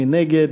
מי נגד?